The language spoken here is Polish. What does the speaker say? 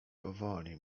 powoli